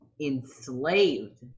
Enslaved